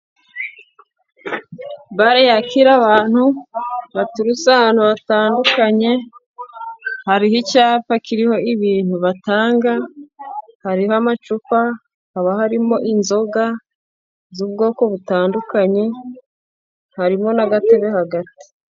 Bare yakira abantu baturutse ahantu hatandukanye, hariho icyapa kiriho ibintu batanga, hariho amacupa, haba harimo inzoga z'ubwoko butandukanye, harimo n'agatebe hagati.